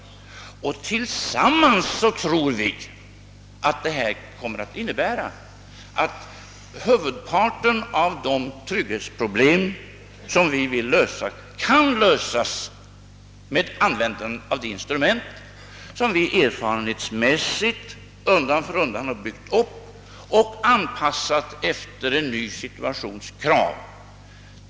Vad vi tror är att vi med dessa instrument tillsammans — instrument som vi erfarenhetsmässigt undan för undan byggt upp och anpassat efter en ny situations krav — skall kunna lösa de trygghetsproblem vi vill lösa.